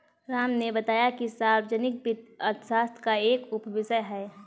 राम ने बताया कि सार्वजनिक वित्त अर्थशास्त्र का एक उपविषय है